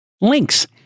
links